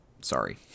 Sorry